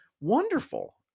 wonderful